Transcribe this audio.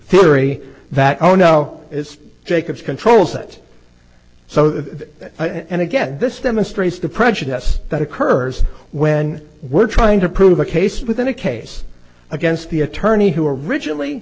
theory that oh no it's jacobs controls it so that and again this demonstrates the prejudice that occurs when we're trying to prove a case within a case against the attorney who originally